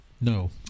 No